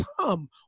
Tom